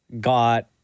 got